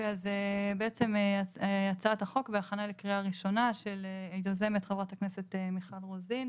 אז בעצם הצעת החוק בהכנה לקריאה ראשונה שיוזמת חברת הכנסת מיכל רוזין,